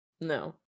No